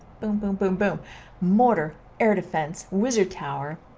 but and but but but mortar, air defense, wizard tower,